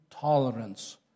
tolerance